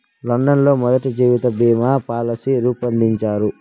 London లో మొదటి జీవిత బీమా పాలసీ రూపొందించారు